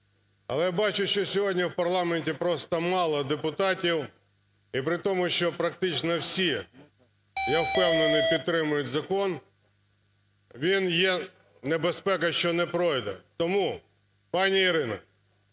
Але бачу, що сьогодні в парламенті просто мало депутатів, і притому що практично всі, я впевнений, підтримають закон, є небезпека, що не пройде. Тому, пані Ірино,